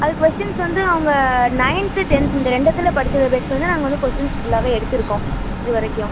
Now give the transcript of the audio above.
அது கொஸ்ஸின்ஸ் வந்து அவங்க நைன்த்து டென்த் இந்த ரெண்டுத்தில் படித்தத பேஸ் பண்ணி தான் நாங்கள் வந்து கொஸ்ஸின்ஸ் ஃபுல்லாகவே எடுத்திருக்கோம் இதுவரைக்கும்